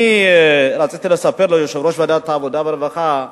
אני רציתי לספר ליושב-ראש ועדת העבודה והרווחה: